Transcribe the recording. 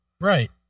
Right